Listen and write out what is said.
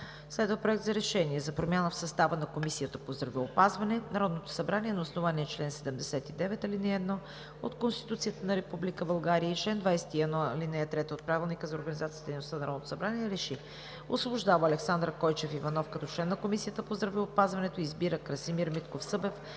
Следва: „Проект! РЕШЕНИЕ за промяна в състава на Комисията по здравеопазването Народното събрание на основание чл. 79, ал. 1 от Конституцията на Република България и чл. 21, ал. 3 от Правилника за организацията и дейността на Народното събрание РЕШИ: 1. Освобождава Александър Койчев Иванов като член на Комисията по здравеопазването. 2. Избира Красимир Митков Събев